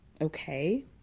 okay